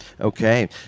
Okay